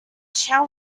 shall